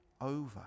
over